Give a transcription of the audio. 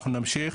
אנחנו נמשיך,